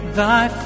thy